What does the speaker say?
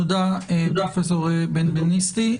תודה לפרופסור בנבנישתי.